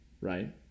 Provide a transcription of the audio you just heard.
right